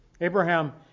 abraham